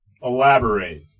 Elaborate